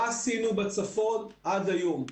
מה עשינו בצפון עד היום?